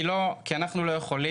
וזאת כי אנחנו לא יכולים,